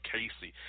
Casey